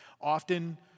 Often